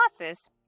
losses